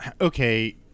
okay